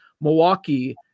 Milwaukee